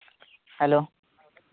hello